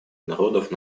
народов